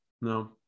No